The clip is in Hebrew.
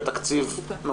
תוספת תקציבית.